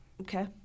Okay